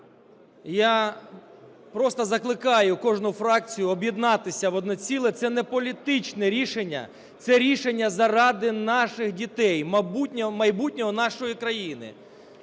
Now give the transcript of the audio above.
я просто закликаю кожну фракцію об'єднатися в одне ціле. Це не політичне рішення, це рішення заради наших дітей – майбутнього нашої країни.